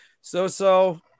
So-so